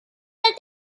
that